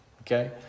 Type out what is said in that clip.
okay